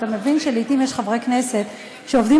אתה מבין שלעתים יש חברי כנסת שעובדים